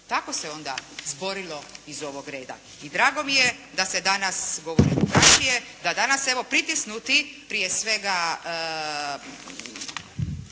Kako se onda izborilo iz ovoga reda. I drago mi je da se danas govori drukčije, da danas evo pritisnuti prije svega